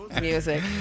music